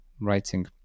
writing